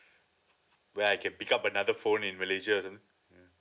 where I can pick up another phone in malaysia or something mm